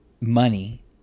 money